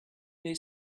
they